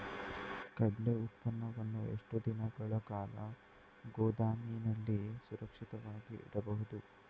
ಕಡ್ಲೆ ಉತ್ಪನ್ನವನ್ನು ಎಷ್ಟು ದಿನಗಳ ಕಾಲ ಗೋದಾಮಿನಲ್ಲಿ ಸುರಕ್ಷಿತವಾಗಿ ಇಡಬಹುದು?